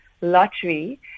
lottery